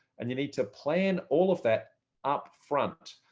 and you need to plan all of that upfront.